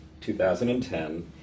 2010